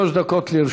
שלוש דקות לרשותך.